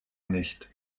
nicht